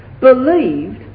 believed